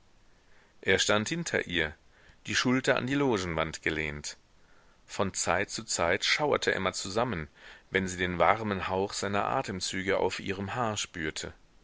er stand hinter ihr die schulter an die logenwand gelehnt von zeit zu zeit schauerte emma zusammen wenn sie den warmen hauch seiner atemzüge auf ihrem haar spürte